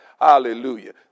Hallelujah